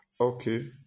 Okay